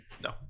No